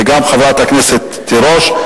וגם חברת הכנסת תירוש.